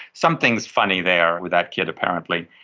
something is funny there with that kid apparently.